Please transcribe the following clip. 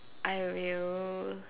I will